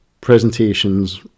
presentations